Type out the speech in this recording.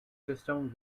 system